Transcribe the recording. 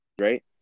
right